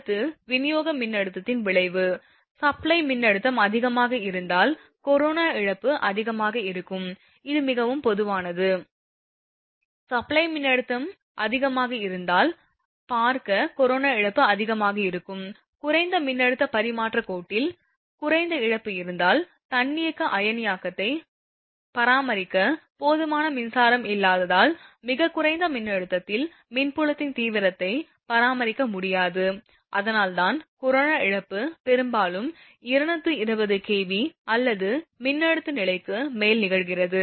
அடுத்து விநியோக மின்னழுத்தத்தின் விளைவு சப்ளை மின்னழுத்தம் அதிகமாக இருந்தால் கரோனா இழப்பு அதிகமாக இருக்கும் இது மிகவும் பொதுவானது சப்ளை மின்னழுத்தம் அதிகமாக இருந்தால் பார்க்க கரோனா இழப்பு அதிகமாக இருக்கும் குறைந்த மின்னழுத்த பரிமாற்றக் கோட்டில் குறைந்த இழப்பு இருந்தால் தன்னியக்க அயனியாக்கத்தை பராமரிக்க போதுமான மின்சாரம் இல்லாததால் மிகக் குறைந்த மின்னழுத்தத்தில் மின் புலத்தின் தீவிரத்தை பராமரிக்க முடியாது அதனால்தான் கரோனா இழப்பு பெரும்பாலும் 220 kV அல்லது மின்னழுத்த நிலைக்கு மேல் நிகழ்கிறது